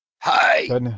hi